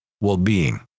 well-being